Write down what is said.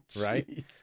right